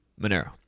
Monero